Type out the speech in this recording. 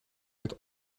met